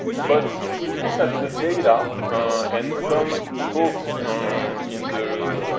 but if we look at the data and some folks in the.